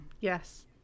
yes